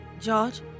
George